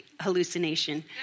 hallucination